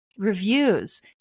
reviews